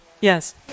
Yes